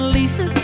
Lisa